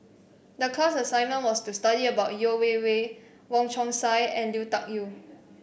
the class assignment was to study about Yeo Wei Wei Wong Chong Sai and Lui Tuck Yew